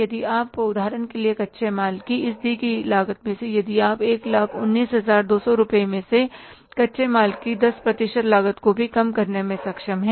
यदि आप उदाहरण के लिए कच्चे माल की इस दी गई लागत से यदि आप 119200 रुपये में से कच्चे माल की 10 प्रतिशत लागत को भी कम करने में सक्षम हैं